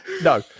No